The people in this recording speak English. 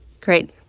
Great